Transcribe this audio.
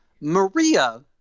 Maria